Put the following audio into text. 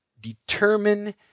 determine